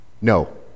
No